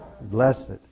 blessed